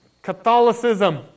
Catholicism